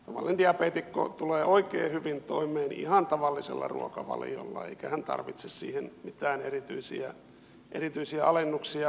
tavallinen diabeetikko tulee oikein hyvin toimeen ihan tavallisella ruokavaliolla eikä hän tarvitse siihen mitään erityisiä alennuksia